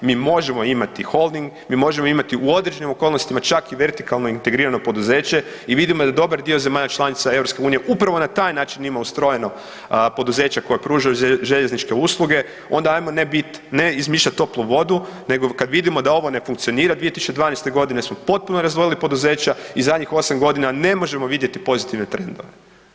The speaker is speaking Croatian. Mi možemo imati holding, mi možemo imati u određenim okolnostima čak i vertikalno integrirano poduzeće i vidimo da dobar dio zemalja članica EU upravo na taj način ima ustrojena poduzeća koja pružaju željezničke usluge, onda ajmo ne bit, ne izmišljat toplu vodu nego kad vidimo da ovo ne funkcionira, 2012.g. smo potpuno razdvojili poduzeća i zadnjih 8.g. ne možemo vidjeti pozitivne trendove.